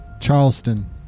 Charleston